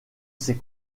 ses